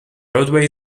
roadway